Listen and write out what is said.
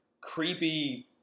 creepy